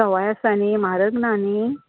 सवाय आसा न्ही म्हारग ना न्ही